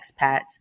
expats